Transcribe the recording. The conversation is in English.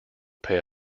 pay